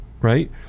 right